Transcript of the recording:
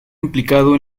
implicado